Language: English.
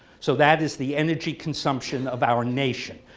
so that is the energy consumption of our nation.